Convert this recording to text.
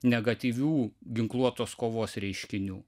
negatyvių ginkluotos kovos reiškinių